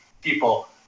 people